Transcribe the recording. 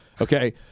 Okay